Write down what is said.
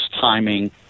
timing